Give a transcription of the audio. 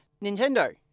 Nintendo